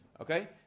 Okay